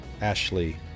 Ashley